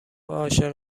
عاشق